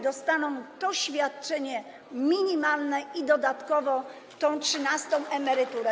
Dostaną to świadczenie minimalne i dodatkowo tę trzynastą emeryturę.